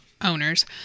owners